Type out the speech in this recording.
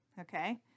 okay